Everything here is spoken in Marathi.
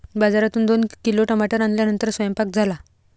बाजारातून दोन किलो टमाटर आणल्यानंतर सेवन्पाक झाले